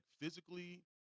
physically